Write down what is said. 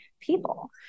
people